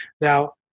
Now